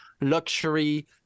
luxury